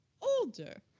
older